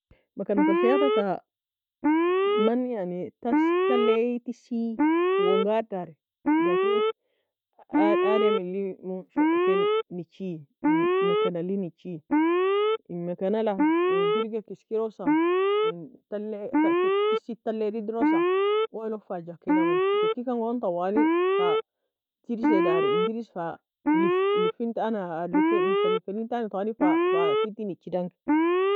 مكنة الخياطة taa man yani tas- talie tesei, uwon gar dari, laken ad- ademilli mon sho- ken nechie, in mekanlin nechie, in mekenala in firgaeka eskerosa, in talle ta- te- tesiega taleil idrosa, oyie log fa gakinamie, gakikan goon tawalig fa tirisae dari in ترس fa lif- lifintan aa lifa lifa allintan twali fa fa kitti nichidangi.